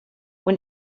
when